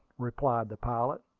replied the pilot.